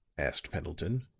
asked pendleton,